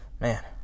Man